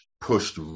pushed